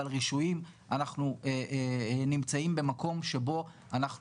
אבל רישויים אנחנו נמצאים במקום שבו אנחנו